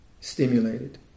stimulated